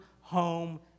home